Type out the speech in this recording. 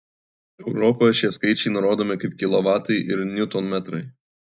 europoje šie skaičiai nurodomi kaip kilovatai ir niutonmetrai